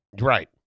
Right